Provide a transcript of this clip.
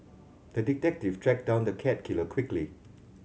the detective tracked down the cat killer quickly